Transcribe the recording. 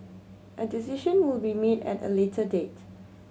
a decision will be made at a later date